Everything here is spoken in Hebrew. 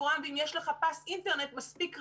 או האם יש לך פס אינטרנט מספיק רחב?